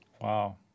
Wow